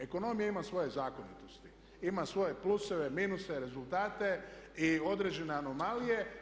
Ekonomija ima svoje zakonitosti, ima svoje pluse, minuse, rezultate i određene anomalije.